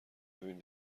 ببین